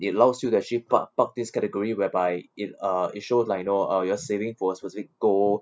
it allows you to actually park park these category whereby it uh it shows like you know uh you are saving for a specific goal